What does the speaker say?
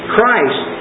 Christ